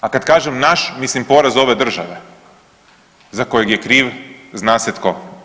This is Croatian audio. A kada kažem naš mislim poraz ove države za kojeg je kriv zna se tko.